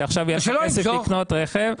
כי עכשיו יהיה לך כסף לקנות רכב.